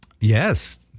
yes